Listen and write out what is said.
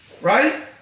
Right